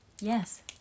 Yes